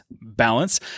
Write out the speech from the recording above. balance